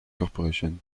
corporation